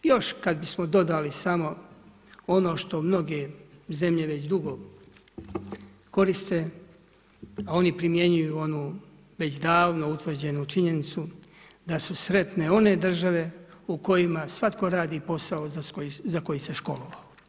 Još kada bismo dodali, ono što mnoge zemlje već dugo koriste, a oni primjenjuju već davno utvrđenu činjenicu, da su sretne one države, u kojima svatko radi posao za koji se školovao.